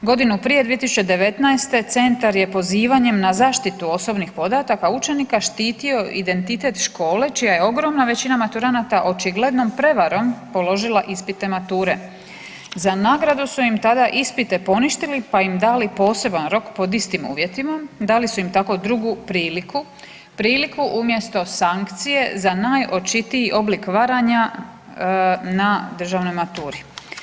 Godinu prije, 2019., centar je pozivanjem na zaštitu osobnih podataka učenika štitio identitet škole čija je ogromna većina maturanata očigledno prevarom položila ispite mature. za nagradu su im tada ispite poništili pa im dali poseban rok pod istim uvjetima, dali su im tako drugu priliku, priliku umjesto sankcije za najočitiji oblik varanja na državnoj maturi.